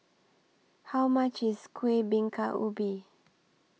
How much IS Kueh Bingka Ubi